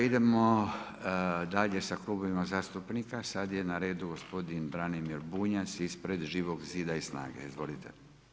Idemo dalje sa klubovima zastupnika, sad je na redu gospodin Branimir Bunjac, ispred Živog zida i SNAGA-e, izvolite.